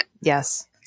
Yes